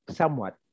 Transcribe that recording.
somewhat